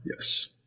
Yes